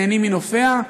נהנים מנופיה,